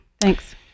Thanks